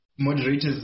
moderators